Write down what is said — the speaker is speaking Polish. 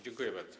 Dziękuję bardzo.